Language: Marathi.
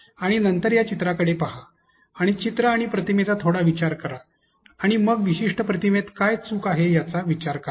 आणि नंतर या चित्राकडे येथे पहा आणि चित्र आणि प्रतिमेचा थोडा विचार करा आणि मग या विशिष्ट प्रतिमेत काय चूक आहे याचा विचार करा